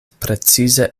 precize